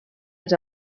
els